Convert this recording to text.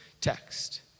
text